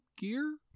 Gear